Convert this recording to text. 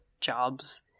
jobs